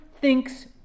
thinks